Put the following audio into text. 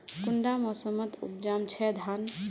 कुंडा मोसमोत उपजाम छै धान?